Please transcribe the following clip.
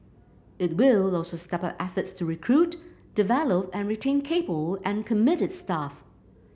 it will also step up efforts to recruit develop and retain capable and committed staff